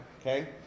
okay